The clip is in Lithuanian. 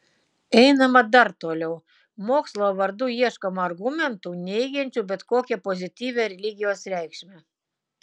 einama dar toliau mokslo vardu ieškoma argumentų neigiančių bet kokią pozityvią religijos reikšmę